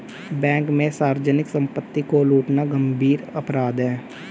bank में सार्वजनिक सम्पत्ति को लूटना गम्भीर अपराध है